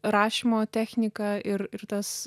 rašymo techniką ir ir tas